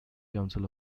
council